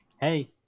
hey